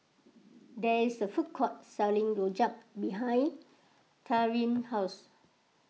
there is a food court selling Rojak behind Darien's house